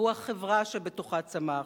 והוא החברה שבתוכה צמח,